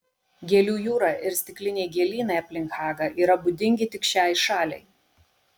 gėlių jūra ir stikliniai gėlynai aplink hagą yra būdingi tik šiai šaliai